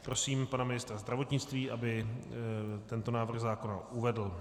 Prosím pana ministra zdravotnictví, aby tento návrh zákona uvedl.